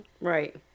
Right